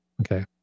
Okay